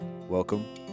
Welcome